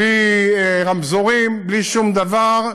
בלי רמזורים, בלי שום דבר.